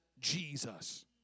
Jesus